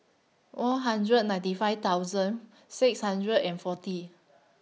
four hundred and ninety five thousand six hundred and forty